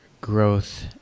growth